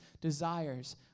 desires